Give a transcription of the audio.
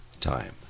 time